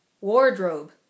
Wardrobe